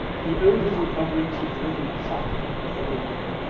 he owed his recovery to drinking chocolate everyday.